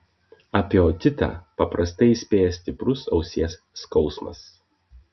apie otitą paprastai įspėja stiprus ausies skausmas